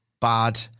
bad